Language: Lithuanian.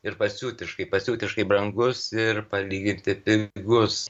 ir pasiutiškai pasiutiškai brangus ir palyginti pigus